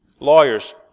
Lawyers